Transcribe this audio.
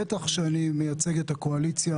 בטח שאני מייצג את הקואליציה,